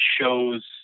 shows